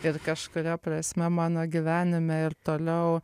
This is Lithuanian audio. bet kažkuria prasme mano gyvenime ir toliau